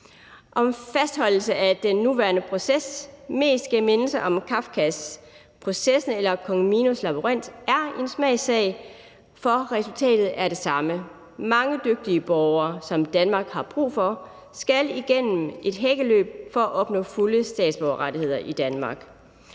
Om fastholdelsen af den nuværende proces mest giver mindelser om Kafkas »Processen« eller kong Minos' labyrint, er en smagssag, men resultatet er det samme. Mange dygtige borgere, som Danmark har brug for, skal igennem et hækkeløb for at opnå fulde statsborgerrettigheder i Danmark.